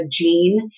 gene